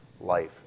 life